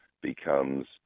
becomes